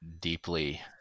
deeply